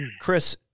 Chris